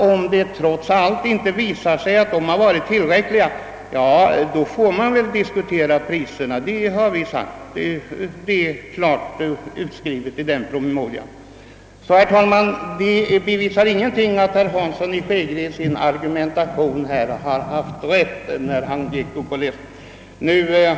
Om de trots allt inte har varit tillräckliga, får man diskutera priserna; det är klart utskrivet i denna promemoria. Det som herr Hansson i Skegrie läste innantill bevisar alltså ingalunda, herr talman, att han hade rätt i sin argumentation.